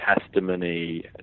testimony